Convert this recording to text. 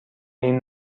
این